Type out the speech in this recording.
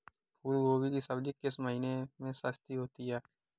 फूल गोभी की सब्जी किस महीने में सस्ती होती है?